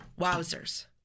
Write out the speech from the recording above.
wowzers